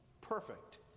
perfect